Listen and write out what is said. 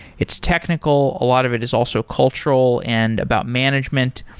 its technical. a lot of it is also cultural and about management,